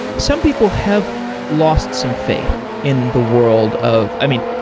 some people have lost some faith in the world of i mean,